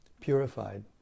purified